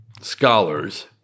scholars